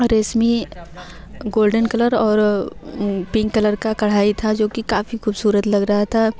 रेशमी golden colour और pink colour का कढ़ाई था जो कि काफ़ी ख़ूबसूरत लग रहा था